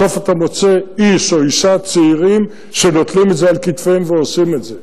בסוף אתה מוצא איש או אשה צעירים שנוטלים את זה על כתפיהם ועושים את זה.